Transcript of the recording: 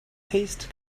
paste